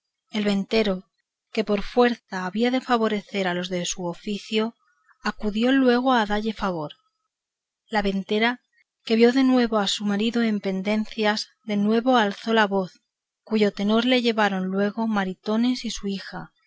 presa el ventero que por fuerza había de favorecer a los de su oficio acudió luego a dalle favor la ventera que vio de nuevo a su marido en pendencias de nuevo alzó la voz cuyo tenor le llevaron luego maritornes y su hija